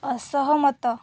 ଅସହମତ